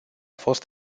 fost